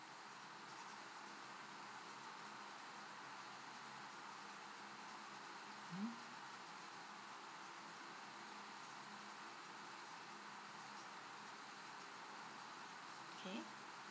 okay